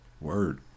Word